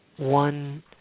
one